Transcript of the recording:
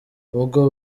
ubwo